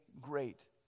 great